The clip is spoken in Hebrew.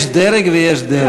יש דרג ויש דרג.